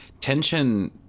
tension